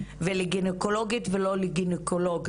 ולגינקולוגית ולא לגינקולוג.